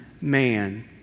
man